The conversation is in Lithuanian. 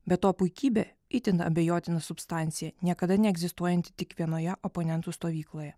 be to puikybė itin abejotina substancija niekada neegzistuojanti tik vienoje oponentų stovykloje